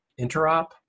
interop